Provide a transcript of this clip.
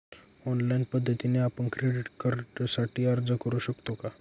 Online पद्धतीने आपण credit कार्डसाठी अर्ज करु शकतो का?